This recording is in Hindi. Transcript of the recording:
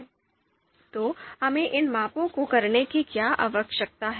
तो हमें इन मापों को करने की क्या आवश्यकता है